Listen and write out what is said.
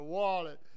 wallet